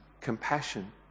compassion